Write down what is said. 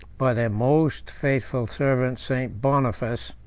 by their most faithful servant st. boniface,